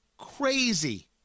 crazy